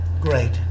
great